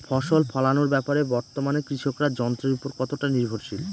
ফসল ফলানোর ব্যাপারে বর্তমানে কৃষকরা যন্ত্রের উপর কতটা নির্ভরশীল?